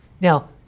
Now